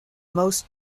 most